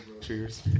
Cheers